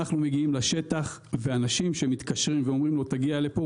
אנחנו מגיעים לשטח ואנשים שמתקשרים ואומרים: תגיע לפה,